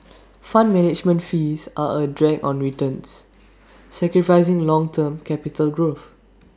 fund management fees are A drag on returns sacrificing long term capital growth